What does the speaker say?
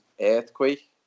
Earthquake